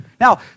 Now